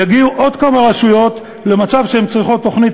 יגיעו עוד כמה רשויות למצב שהן צריכות תוכנית